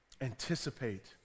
anticipate